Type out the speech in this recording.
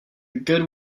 good